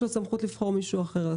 יש לשר סמכות לבחור מישהו אחר.